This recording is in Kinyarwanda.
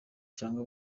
cyangwa